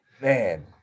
Man